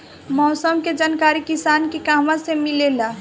मौसम के जानकारी किसान के कहवा से मिलेला?